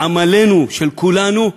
עמלנו, של כולנו,